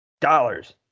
Dollars